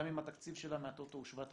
גם אם התקציב שלה מהטוטו הוא 7,000